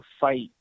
fight